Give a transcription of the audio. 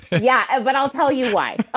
yeah, and but i'll tell you why.